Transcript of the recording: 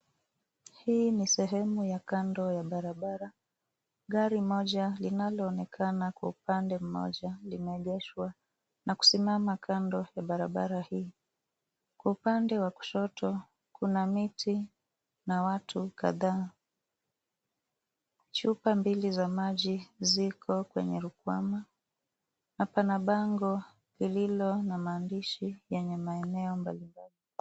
Hii ni sehemu ya kando ya barabara, gari moja linaloonekana kwa upande mmoja limeegeshwa na kusimama kando ya barabara hii. Kwa upande wa kushoto kuna miti na watu kadhaa. Chupa mbili za maji ziko kwenye rukwama na pana bango lililo na maandishi yenye maeneo mbalimbali.